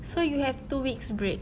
so you have two weeks break